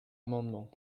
amendement